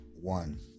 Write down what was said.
one